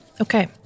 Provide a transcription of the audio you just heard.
Okay